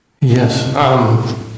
Yes